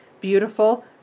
beautiful